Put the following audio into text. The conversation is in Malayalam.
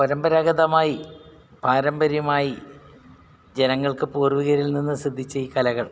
പരമ്പരാഗതമായി പാരമ്പര്യമായി ജനങ്ങൾക്ക് പൂർവ്വികരിൽ നിന്ന് സിദ്ധിച്ച ഈ കലകൾ